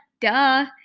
duh